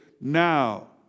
now